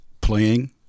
playing